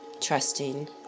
trusting